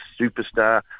superstar